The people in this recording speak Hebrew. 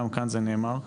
גם כאן זה נאמר,